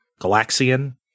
Galaxian